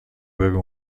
بگو